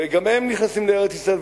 וגם הם נכנסים לארץ-ישראל,